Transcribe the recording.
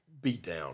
beatdown